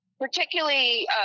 particularly